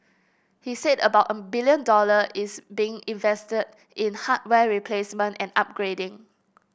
he said about a billion dollars is being invested in hardware replacement and upgrading